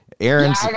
Aaron's